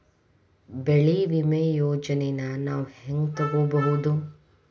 ಬೆಳಿ ವಿಮೆ ಯೋಜನೆನ ನಾವ್ ಹೆಂಗ್ ತೊಗೊಬೋದ್?